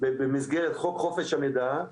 במסגרת חוק חופש המידע,